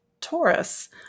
Taurus